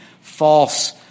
false